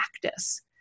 practice